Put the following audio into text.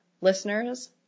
listeners